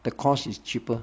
the cost is cheaper